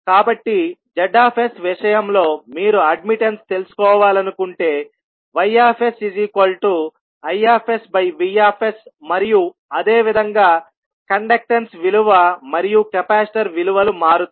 కాబట్టి Z విషయంలో మీరు అడ్మిట్టన్స్ తెలుసుకోవాలనుకుంటే YsIVమరియు అదే విధంగా కండక్టన్స్ విలువ మరియు కెపాసిటర్ విలువలు మారుతాయి